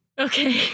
okay